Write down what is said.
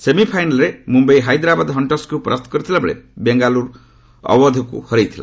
ସେମିଫାଇନାଲରେ ମୁମ୍ବାଇ ହାଇଦ୍ରାବାଦ ହଣ୍ଟର୍ସକୁ ପରାସ୍ତ କରିଥିବାବେଳେ ବେଙ୍ଗାଲ୍ରୁ ଅଓ୍ୱଧ୍କୁ ହରାଇଥିଲା